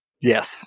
Yes